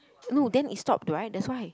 no then it stopped right that's why